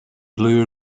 blue